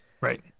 Right